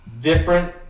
different